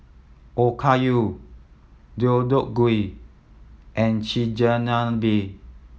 Okayu Deodeok Gui and Chigenabe